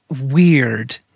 weird